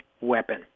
weapon